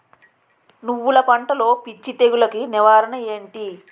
నువ్వులు పంటలో పిచ్చి తెగులకి నివారణ ఏంటి?